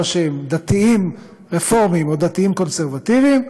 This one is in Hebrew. דתיים רפורמים או דתיים קונסרבטיבים,